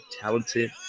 talented